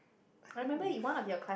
I think with